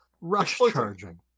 rush-charging